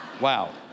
wow